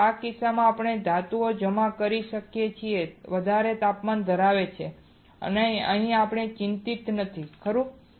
તેથી આ કિસ્સામાં આપણે ધાતુ જમા કરી શકીએ જે વધારે તાપમાન ધરાવે છે અહીં આપણે ચિંતિત નથી ખરું